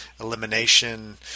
elimination